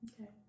Okay